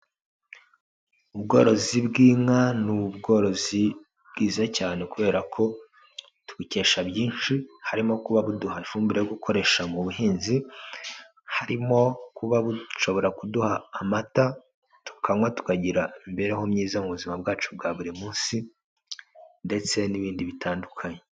Ubworozi bw'inka, ni ubworozi bwiza cyane kubera ko tubukesha byinshi, harimo kuba buduha ifumbire yo gukoresha mu buhinzi, harimo kuba bushobora kuduha amata tukanywa, tukagira imibereho myiza mu buzima bwacu bwa buri munsi ndetse n'ibindi bitandukanye.